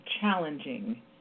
challenging